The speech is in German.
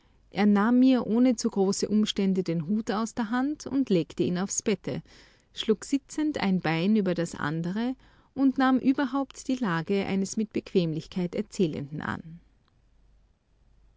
er nahm mir ohne zu große umstände den hut aus der hand und legte ihn aufs bette schlug sitzend ein bein über das andere und nahm überhaupt die lage eines mit bequemlichkeit erzählenden an